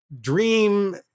dream